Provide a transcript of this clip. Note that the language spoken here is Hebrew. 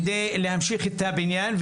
כדי להמשיך את הבניין,